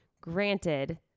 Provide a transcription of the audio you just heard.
Granted